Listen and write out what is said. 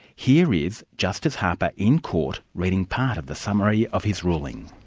here is justice harper, in court, reading part of the summary of his ruling.